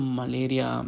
malaria